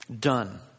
Done